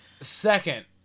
Second